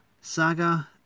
Saga